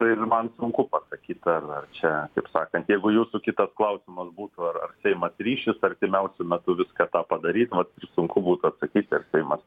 ir man sunku pasakyt ar ar čia kaip sakant jeigu jūsų kitas klausimas būtų ar ar seimas ryšis artimiausiu metu viską tą padaryt vat sunku būtų atsakyti ar seimas